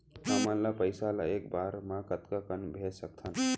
हमन ह पइसा ला एक बार मा कतका कन भेज सकथन?